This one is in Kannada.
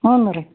ಹ್ಞೂ ರೀ